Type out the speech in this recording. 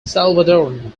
salvadoran